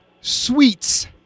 Sweets